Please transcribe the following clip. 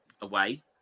away